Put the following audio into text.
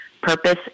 purpose